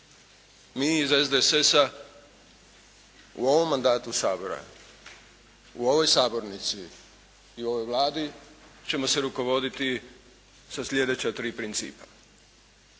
Mi iz SDSS-a u ovom mandatu Sabora, u ovoj sabornici i u ovoj Vladi ćemo se rukovoditi sa sljedeća tri principa: